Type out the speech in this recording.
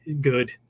good